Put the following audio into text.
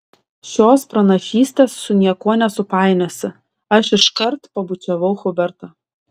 šios pranašystės su niekuo nesupainiosi aš iškart pabučiavau hubertą